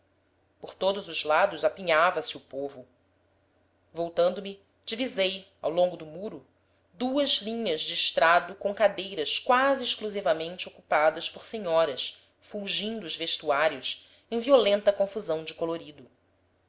por todos os lados apinhava se o povo voltando me divisei ao longo do muro duas linhas de estrado com cadeiras quase exclusivamente ocupadas por senhoras fulgindo os vestuários em violenta confusão de colorido